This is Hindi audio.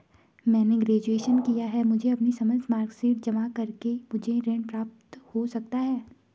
मैंने ग्रेजुएशन किया है मुझे अपनी समस्त मार्कशीट जमा करके मुझे ऋण प्राप्त हो सकता है?